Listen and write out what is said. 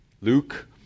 Luke